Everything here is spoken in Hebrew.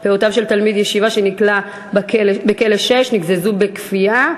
פאותיו של תלמיד ישיבה שנכלא בכלא 6 נגזזו בכפייה.